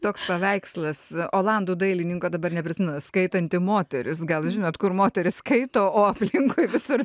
toks paveikslas olandų dailininko dabar neprisimenu skaitanti moteris gal žinot kur moterys skaito o aplinkui visur